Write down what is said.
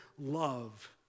love